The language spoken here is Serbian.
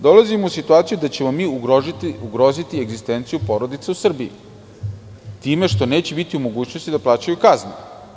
Dolazimo u situaciju da ćemo mi ugroziti egzistenciju porodica u Srbiji, time što neće biti u mogućnosti da plaćaju kazne.